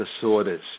disorders